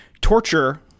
torture